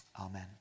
Amen